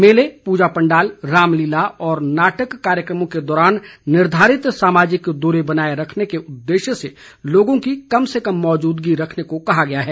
मेले पूजा पंडाल रामलीला और नाटक कार्यक्रमों के दौरान निर्धारित सामाजिक दूरी बनाए रखने के उद्देश्य से लोगों की कम से कम मौजूदगी रखने को कहा गया है